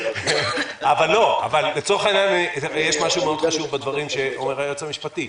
אבל לצורך העניין יש משהו מאוד חשוב בדברים שאומר היועץ המשפטי,